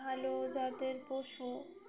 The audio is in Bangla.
ভালো জাতের পশু